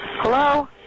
Hello